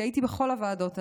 כי הייתי בכל הוועדות האלה,